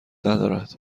ندارد